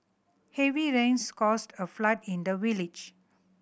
heavy rains caused a flood in the village